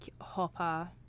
Hopper